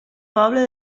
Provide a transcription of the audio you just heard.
poble